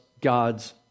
God's